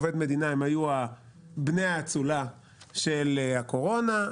עובדי מדינה היו בני האצולה של הקורונה,